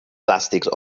plàstics